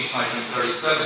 1937